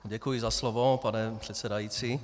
Děkuji za slovo, pane předsedající.